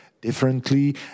differently